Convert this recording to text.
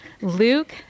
Luke